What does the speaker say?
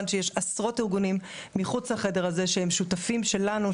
שיש עשרות ארגונים מחוץ לחדר הזה שהם שותפים שלנו,